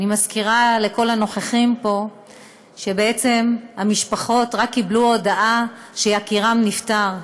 אני מזכירה לכל הנוכחים פה שבעצם המשפחות רק קיבלו הודעה שיקירם נפטר,